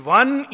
one